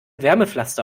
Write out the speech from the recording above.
wärmepflaster